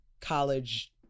college